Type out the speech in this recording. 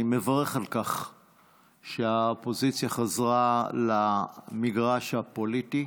אני מברך על כך שהאופוזיציה חזרה למגרש הפוליטי.